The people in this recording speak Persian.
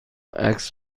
عکس